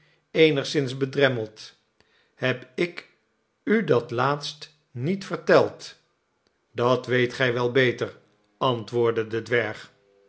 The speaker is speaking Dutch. eenigszins bedremmeld heb ik u dat laatst niet verteld dat weet gij wel beter antwoordde de dwerg